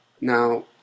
Now